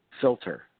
filter